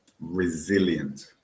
resilient